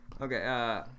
Okay